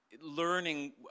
learning